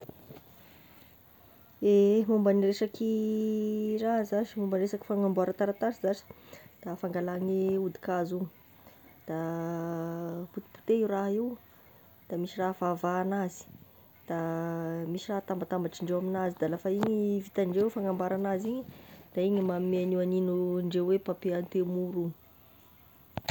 Ehe, momba ny resaky raha zashy momba resaky fagnamboara taratasy zashy da fangalagne hodikazo io, da potipoteha io raha io, da misy raha avavaha an'azy, da misy raha atambatambatr'ireo amignazy, de lafa igny vitan'ny ndreo fagnambora an'azy igny, de igny no magnome an'io hanindreo hoe papier antemoro io.